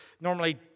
normally